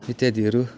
इत्यादिहरू